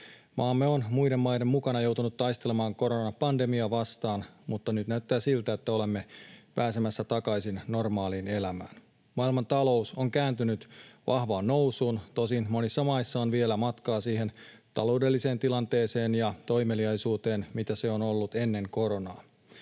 Maamme on muiden maiden mukana joutunut taistelemaan koronapandemiaa vastaan, mutta nyt näyttää siltä, että olemme pääsemässä takaisin normaaliin elämään. Maailmantalous on kääntynyt vahvaan nousuun. Tosin monissa maissa on vielä matkaa siihen taloudelliseen tilanteeseen ja toimeliaisuuteen, mitä se on ollut ennen koronaa.